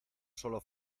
solo